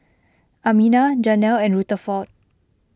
Amina Janell and Rutherford